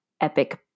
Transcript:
epic